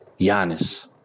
Giannis